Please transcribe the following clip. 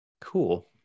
Cool